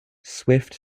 swift